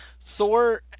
Thor